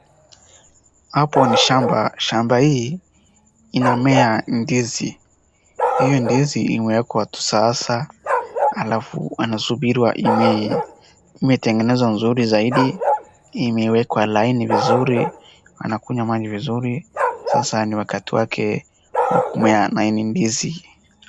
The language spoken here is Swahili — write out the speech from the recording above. Hapo ni shamba, shamba hii inamea ndizi. Hiyo ndizi imewekwa tu sasa alafu anasubiri imee. Imetengenezwa nzuri zaidi, imewekwa line vizuri, anakunywa maji vizuri, sasa ni wakati wake wa kumea. Na hii ni ndizi.